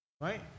right